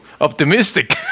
optimistic